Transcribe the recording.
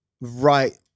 right